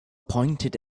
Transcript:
pointed